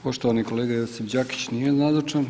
Poštovani kolega Josip Đakić nije nazočan.